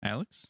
Alex